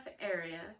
area